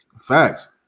Facts